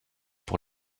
pour